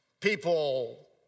People